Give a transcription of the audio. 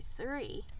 three